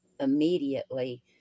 immediately